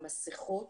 המסיכות,